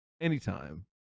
anytime